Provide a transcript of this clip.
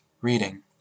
reading